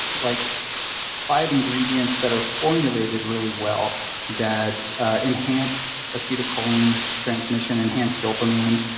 like five ingredients that are formulated really well that enhance acetylcholine transmission, enhance dopamine.